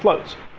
floats,